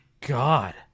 God